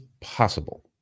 possible